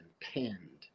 pinned